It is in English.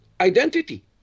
identity